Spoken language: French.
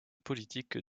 politique